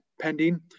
pending